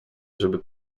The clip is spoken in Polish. żeby